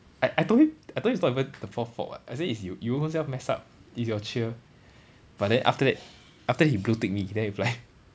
I I told him I told him it's not even the prof fault [what] I say it's you you own self mess up it's your cheer but then after that after that he blue tick me he never reply